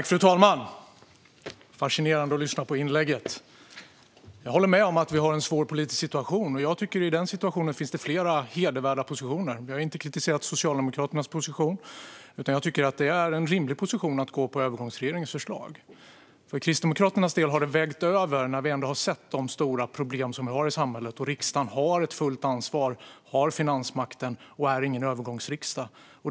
Fru talman! Det var fascinerande att lyssna på inlägget. Jag håller med om att vi har en svår politisk situation, och jag tycker att det finns flera hedervärda positioner i denna situation. Jag har inte kritiserat Socialdemokraternas position, utan jag tycker att det är en rimlig position att gå på övergångsregeringens förslag. För Kristdemokraternas del har det ändå vägt över när vi har sett de stora problem som vi har i samhället. Riksdagen har ett fullt ansvar. Riksdagen har finansmakten och är ingen övergångsriksdag.